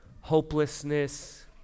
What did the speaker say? hopelessness